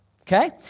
okay